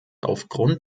aufgrund